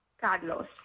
Carlos